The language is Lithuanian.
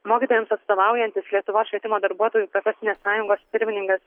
mokytojams atstovaujantis lietuvos švietimo darbuotojų profesinės sąjungos pirmininkas